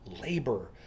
labor